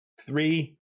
three